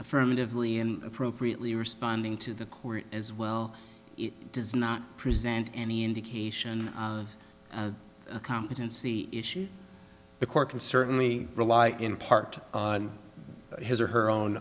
affirmatively and appropriately responding to the court as well it does not present any indication of a competency issue the court can certainly rely in part on his or her own